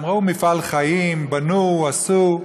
הם ראו מפעל חיים, בנו, עשו.